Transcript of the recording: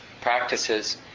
practices